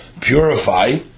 purify